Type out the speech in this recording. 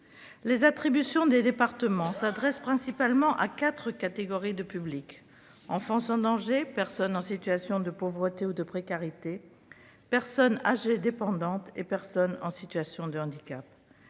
Les attributions des départements s'adressent principalement à quatre catégories de publics : l'enfance en danger ; les personnes en situation de pauvreté ou de précarité ; les personnes âgées dépendantes ; les personnes en situation de handicap.